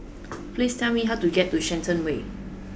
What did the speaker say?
please tell me how to get to Shenton Way